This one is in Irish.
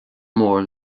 mór